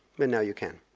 but now you can.